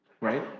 right